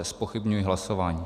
Zpochybňuji hlasování.